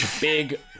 big